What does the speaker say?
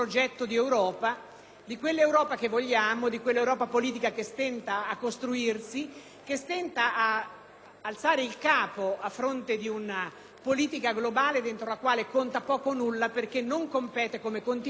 alzare il capo a fronte di una politica globale dentro la quale conta poca o nulla, perché non compete come Continente, ma con le volontà di singoli Stati che, di volta in volta, si affacciano con prepotenza sulla scena politica mondiale